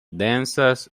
densas